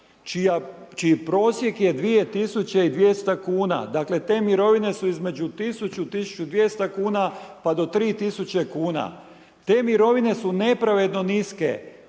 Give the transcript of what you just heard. čiji prosjek je 2200 kuna. Dakle, te mirovine su između 1000-1200 kuna pa do 3000 kuna. Te mirovine su nepravedno niske.